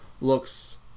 looks